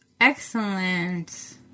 Excellent